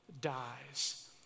dies